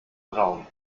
braun